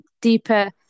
deeper